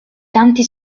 tanti